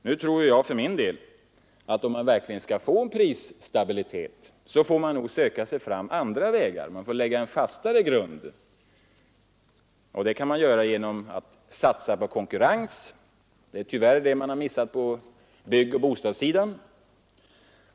Nu tror jag för min del att man, om man verkligen skall uppnå en prisstabilitet, får söka sig fram på andra vägar, lägga en fastare grund. Detta kan man göra genom att satsa på konkurrens. Det har man tyvärr missat på byggoch bostadssidan.